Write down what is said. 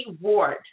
Ward